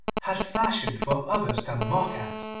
had fashioned for others to mock at.